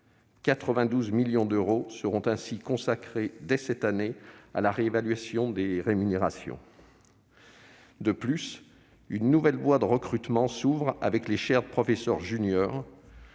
92 millions d'euros seront ainsi consacrés dès cette année à la réévaluation des rémunérations. De plus, une nouvelle voie de recrutement s'ouvre avec les chaires de professeurs juniors.